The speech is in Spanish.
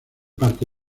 parte